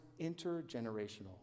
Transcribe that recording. intergenerational